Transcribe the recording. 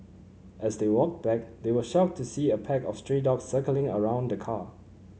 as they walked back they were shocked to see a pack of stray dogs circling around the car